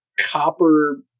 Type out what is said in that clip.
copper